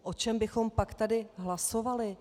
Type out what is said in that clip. O čem bychom pak tady hlasovali?